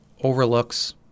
overlooks